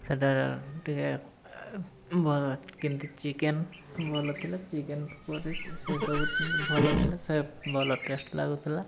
ସେଇଟା ଟିକେ କିନ୍ତୁ ଚିକେନ୍ ଭଲ ଥିଲା ଚିକେନ୍ ପରି ସେସବୁ ଭଲ ଥିଲା ସେ ଭଲ ଟେଷ୍ଟ୍ ଲାଗୁଥିଲା